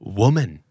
woman